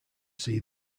see